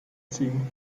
ziehen